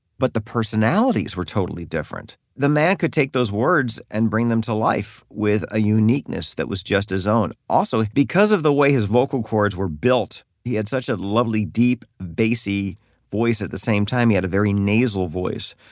but the personalities were totally different. the man could take those words and bring them to life with a uniqueness that was just his own. also, because of the way his vocal chords were built, he had such a lovely, deep bassy voice, at the same time he had a very nasal voice.